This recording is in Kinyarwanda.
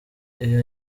iyo